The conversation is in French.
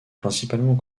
principalement